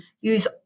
use